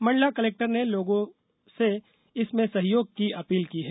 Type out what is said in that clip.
Mandla collector ने लोगों से इसमें सहयोग की अपील की है